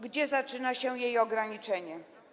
Gdzie zaczyna się jej ograniczenie?